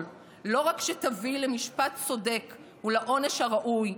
לא רק שתביא למשפט צודק ולעונש הראוי,